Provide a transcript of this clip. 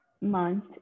month